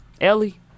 Ellie